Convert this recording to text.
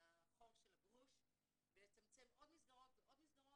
מהחור של הגרוש ולצמצם עוד מסגרות ועוד מסגרות.